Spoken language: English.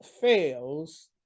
fails